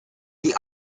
the